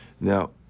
Now